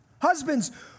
Husbands